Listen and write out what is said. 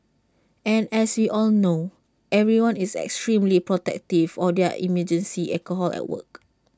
and as we all know everyone is extremely protective of their emergency alcohol at work